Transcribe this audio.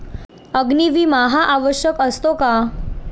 अग्नी विमा हा आवश्यक असतो का?